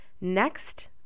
Next